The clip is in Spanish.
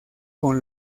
con